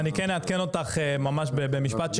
אני כן אעדכן אותך ממש במשפט,